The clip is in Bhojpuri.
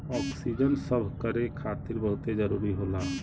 ओक्सीजन सभकरे खातिर बहुते जरूरी होला